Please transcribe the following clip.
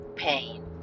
pain